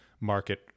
market